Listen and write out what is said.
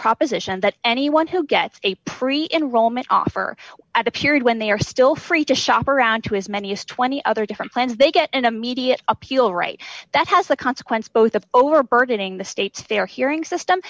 proposition that anyone who gets a pre enrollment offer at a period when they are still free to shop around to as many as twenty other different plans they get an immediate appeal right that has the consequence both of overburdening the state's fair hearing system